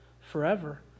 forever